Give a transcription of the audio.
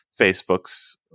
facebook's